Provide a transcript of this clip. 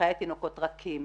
בחיי תינוקות רכים.